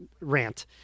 rant